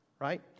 Right